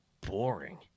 boring